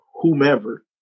whomever